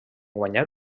guanyar